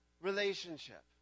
relationship